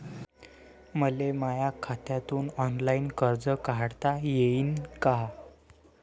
मले माया खात्यातून ऑनलाईन कर्ज काढता येईन का?